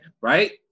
right